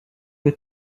que